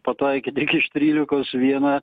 pataikė tik iš trylikos vieną